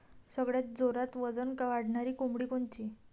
सगळ्यात जोरात वजन वाढणारी कोंबडी कोनची?